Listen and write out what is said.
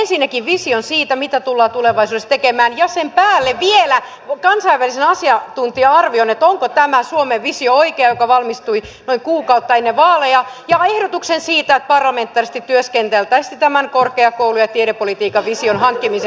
ensinnäkin vision siitä mitä tullaan tulevaisuudessa tekemään ja sen päälle vielä kansainvälisen asiantuntija arvion siitä onko oikea tämä suomen visio joka valmistui noin kuukautta ennen vaaleja ja ehdotuksen siitä että parlamentaarisesti työskenneltäisiin tämän korkeakoulu ja tiedepolitiikan vision hankkimiseksi